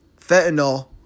Fentanyl